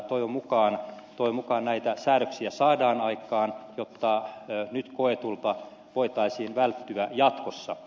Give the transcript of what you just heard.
toivon mukaan näitä säädöksiä saadaan aikaan jotta nyt koetulta voitaisiin välttyä jatkossa